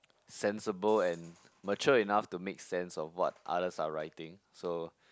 sensible and mature enough to make sense of what others are writing so